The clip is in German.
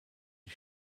die